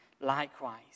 likewise